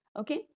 okay